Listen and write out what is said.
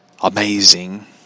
amazing